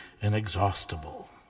inexhaustible